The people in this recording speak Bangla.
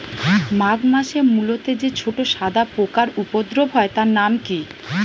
মাঘ মাসে মূলোতে যে ছোট সাদা পোকার উপদ্রব হয় তার নাম কি?